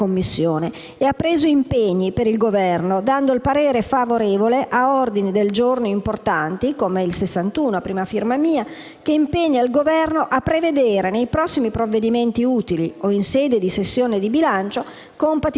che impegna il Governo a prevedere nei prossimi provvedimenti utili o in sede di sessione di bilancio, compatibilmente con il rispetto dei saldi di finanza pubblica, l'adozione di misure finalizzate ad integrare le risorse finanziarie e di personale